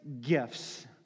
Gifts